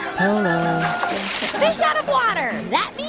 um fish out of water. that means